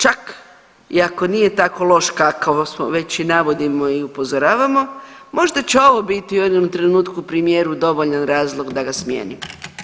Čak i ako nije tako loš kako smo već i navodimo i upozoravamo, možda će ovo biti u jednom trenutku premijeru dovoljan razlog da ga smijeni.